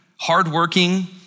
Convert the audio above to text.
hardworking